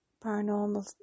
paranormal